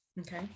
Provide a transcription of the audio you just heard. Okay